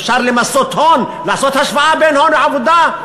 אפשר למסות הון, לעשות השוואה בין הון לעבודה.